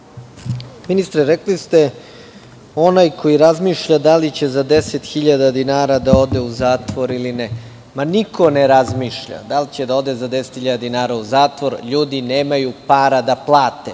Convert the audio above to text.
Ministre, rekli ste - onaj koji razmišlja da li će za 10.000 dinara da ode u zatvor ili ne, ma niko ne razmišlja da li će da ode za 10.000 dinara u zatvor, ljudi nemaju para da plate,